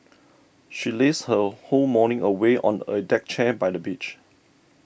she lazed her whole morning away on a deck chair by the beach